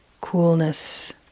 coolness